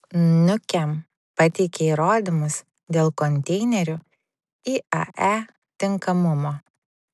nukem pateikė įrodymus dėl konteinerių iae tinkamumo